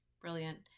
Brilliant